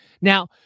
Now